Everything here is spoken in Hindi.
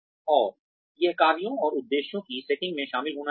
और यह कार्यों और उद्देश्यों की सेटिंग में शामिल होना चाहिए